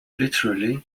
literally